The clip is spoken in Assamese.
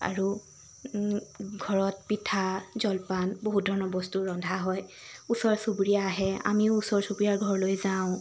আৰু ঘৰত পিঠা জলপান বহুত ধৰণৰ বস্তু ৰন্ধা হয় ওচৰ চুবুৰীয়া আহে আমিও ওচৰ চুবুৰীয়াৰ ঘৰলৈ যাওঁ